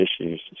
issues